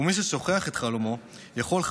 ומי ששוכח את חלומו יכול,